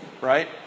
right